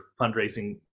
fundraising